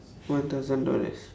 one thousand dollars